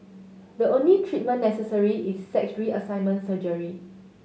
the only treatment necessary is sex reassignment surgery